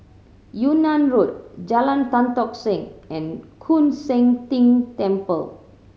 Yunnan Road Jalan Tan Tock Seng and Koon Seng Ting Temple